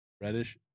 Reddish